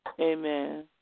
amen